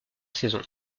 saison